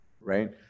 Right